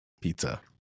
Pizza